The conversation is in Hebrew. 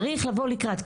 צריך לבוא לקראת.